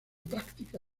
práctica